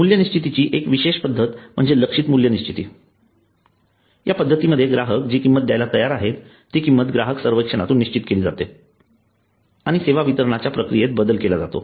मूल्य निश्चितीची एक विशेष पद्धत म्हणजे लक्षित मूल्य निश्चिती या पद्धतीमध्ये ग्राहक जी किंमत द्यायला तयार आहे ती किंमत ग्राहक सर्वेक्षणातून निश्चित केली जाते आणि सेवा वितरणाच्या प्रक्रियेत बदल केला जातो